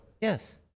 Yes